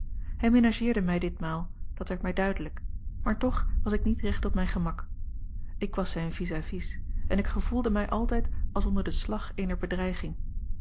hij menageerde mij ditmaal dat werd mij duidelijk maar toch was ik niet recht op mijn gemak ik was zijne vis à vis en ik gevoelde mij altijd als onder den slag eener bedreiging